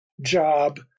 job